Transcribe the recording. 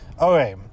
okay